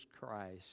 Christ